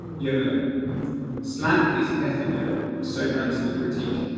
yolo slang is ephemeral. so runs the critique.